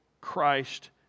Christ